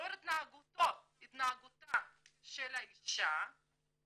ולאור התנהגותה של האישה